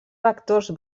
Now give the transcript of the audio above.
vectors